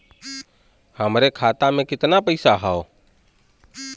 हमरे खाता में कितना पईसा हौ?